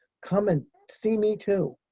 come and see me, too.